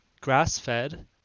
grass-fed